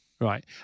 Right